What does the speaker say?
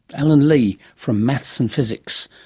alan lee from maths and physics,